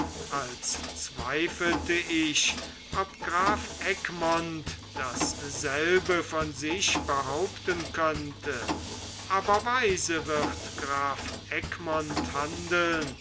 als zweifelte ich ob graf egmont dasselbe von sich behaupten könnte aber weise wird graf egmont handeln